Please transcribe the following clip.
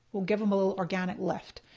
we'll give them a little organic lift.